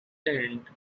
tent